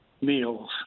meals